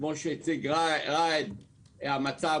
כפי שהציג וויסאם, המצב